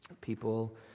people